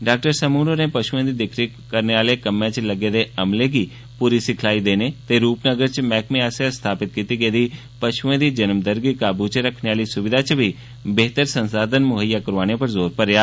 doctor समून होरें पषुएं दी दिक्ख भाल करने आह्ले कम्में च लग्गे दे अमले गी पूरी सिखलाई देने ते रूपनगर च मैह्कमे आसेआ स्थापित कीती गेदी पषुएं दी जन्म दर गी काबू च रक्खने आहली सुविधां च बी बेह्तर संसाधन मुहैया करोआने उप्पर जोर भरेआ